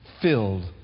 filled